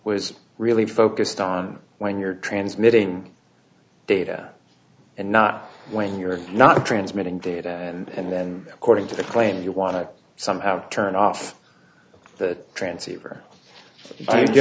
was really focused on when you're transmitting data and not when you're not transmitting data and then according to the claim you want to somehow turn off th